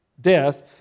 death